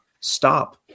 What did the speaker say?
stop